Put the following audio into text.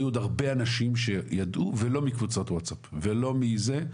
היו עוד הרבה אנשים שידעו ולא מקבוצות ווטסאפ ולא מזה.